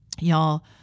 Y'all